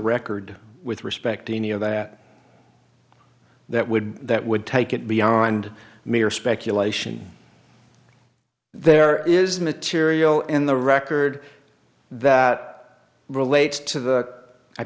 record with respect to any of that that would that would take it beyond mere speculation there is material in the record that relates to the i